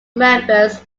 members